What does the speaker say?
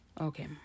Okay